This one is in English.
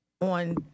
on